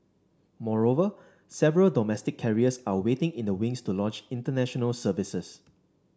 moreover several domestic carriers are waiting in the wings to launch International Services